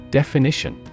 definition